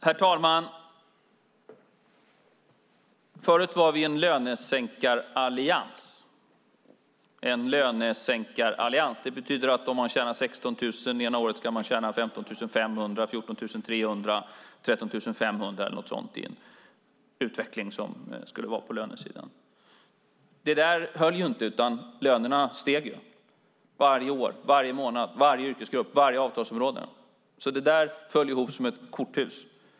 Herr talman! Förut var vi en lönesänkarallians. Det betyder att om man tjänar 16 000 det ena året skulle man tjäna 15 500, 14 300, 13 500 eller något sådant i den utveckling som skulle vara på lönesidan. Det där höll inte, utan lönerna steg varje år, varje månad, för varje yrkesgrupp och på varje avtalsområde. Det föll alltså ihop som ett korthus.